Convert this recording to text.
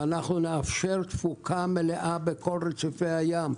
שאנחנו נאפשר תפוקה מלאה בכל רציפי הים.